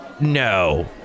No